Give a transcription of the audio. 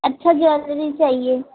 अच्छा ज्वैलरी चाहिए